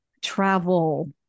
travel